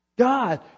God